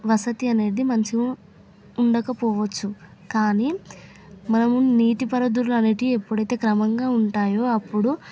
వసతి అనేది మంచిగా ఉండకపోవచ్చు కానీ మనం నీటి పరదులు అనేవి ఎప్పుడైతే క్రమంగా ఉంటాయో అప్పుడు